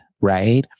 right